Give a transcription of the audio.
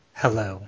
hello